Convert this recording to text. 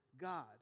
God